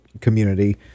community